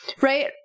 right